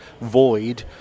void